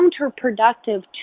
counterproductive